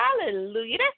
Hallelujah